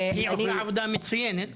היא עושה עבודה מצוינת.